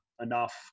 enough